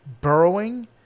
burrowing